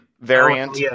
variant